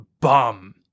bum